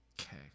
Okay